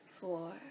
four